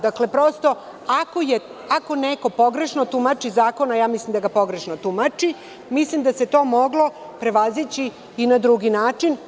Dakle, prosto ako neko pogrešno tumači zakon, a ja mislim da ga pogrešno tumači, mislim da se to moglo prevazići i na drugi način.